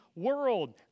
world